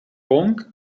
kong